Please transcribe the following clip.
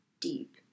deep